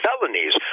felonies